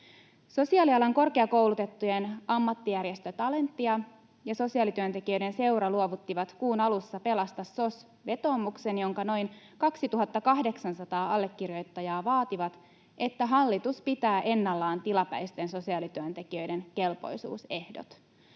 Sosiaalialan korkeakoulutettujen ammattijärjestö Talentia ja Sosiaalityöntekijöiden seura luovuttivat kuun alussa Pelasta SOS ‑vetoomuksen, jonka noin 2 800 allekirjoittajaa vaativat, että hallitus pitää ennallaan tilapäisten sosiaalityöntekijöiden kelpoisuusehdot.